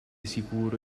sicuro